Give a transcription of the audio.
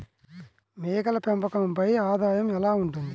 మేకల పెంపకంపై ఆదాయం ఎలా ఉంటుంది?